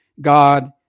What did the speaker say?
God